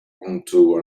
onto